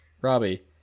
Robbie